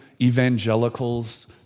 evangelicals